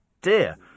dear